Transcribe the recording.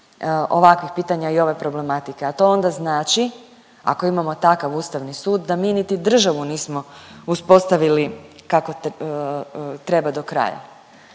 ovakvih pitanja i ove problematike, a to onda znači ako imamo takav Ustavni sud da mi niti državu nismo uspostavili kako treba do kraja.